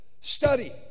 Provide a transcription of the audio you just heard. Study